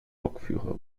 lokführer